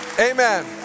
Amen